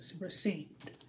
received